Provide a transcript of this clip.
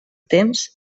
temps